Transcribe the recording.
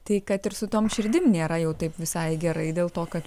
tai kad ir su tom širdim nėra jau taip visai gerai dėl to kad